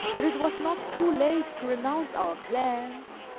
that it was not too late to renounce our plans,